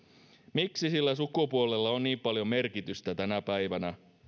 miksi sillä sukupuolella on niin paljon merkitystä tänä päivänä